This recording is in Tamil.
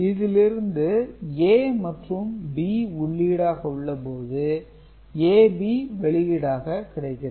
இதிலிருந்து A மற்றும் B உள்ளீடாக உள்ளபோது AB வெளியீடாக கிடைக்கிறது